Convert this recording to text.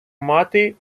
мати